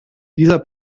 dieser